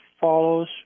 follows